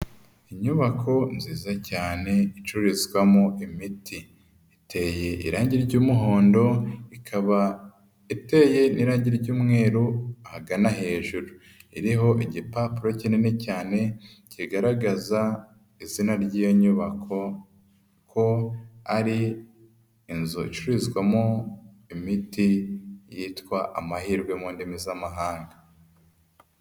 Inyubako nziza cyane icururizwamo imiti, iteye irangi ry'umuhondo, ikaba iteye n'irangi ry'umweru ahagana hejuru, iriho igipapuro kinini cyane kigaragaza izina ry'iyo nyubako ko ari inzu icururizwamo imiti yitwa amahirwe mu ndimi z'amahanga.